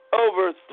over